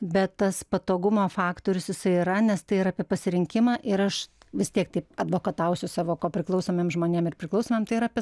bet tas patogumo faktorius jisai yra nes tai yra apie pasirinkimą ir aš vis tiek taip advokatausiu savo kopriklausomiem žmonėm ir priklausomiem tai yra apie